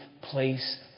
place